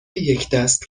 یکدست